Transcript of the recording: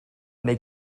neu